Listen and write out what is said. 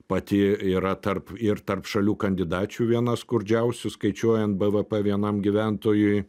pati yra tarp ir tarp šalių kandidačių viena skurdžiausių skaičiuojant bvp vienam gyventojui